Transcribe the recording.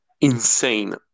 insane